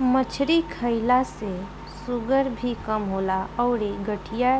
मछरी खईला से शुगर भी कम होला अउरी गठिया